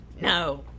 No